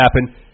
happen